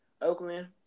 Oakland